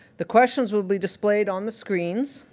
the questions will be displayed on the screens.